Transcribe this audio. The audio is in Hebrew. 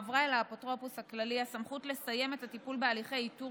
הועברה אל האפוטרופוס הכללי הסמכות לסיים את הטיפול בהליכי איתור